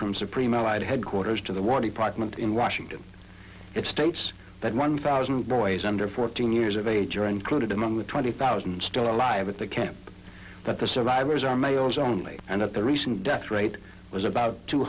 from supreme allied headquarters to the war department in washington it states that one thousand boys under fourteen years of age are included among the twenty thousand still alive at the camp but the survivors are males only and at the recent death rate was about two